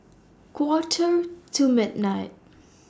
Quarter to midnight